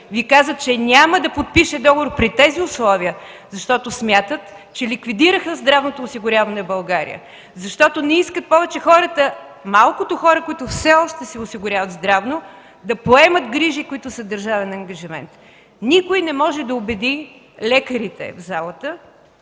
Ви каза, че няма да подпише договор при тези условия, защото смятат, че e ликвидирано здравното осигуряване в България, защото не искат малкото хора, които все още се осигуряват здравно, да поемат грижи, които са държавен ангажимент. Никой не може да убеди лекарите в залата,